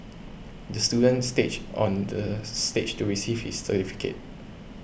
the student stage on the stage to receive his certificate